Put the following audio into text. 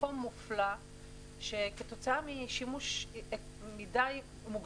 מקום מופלא שכתוצאה משימוש מוגזם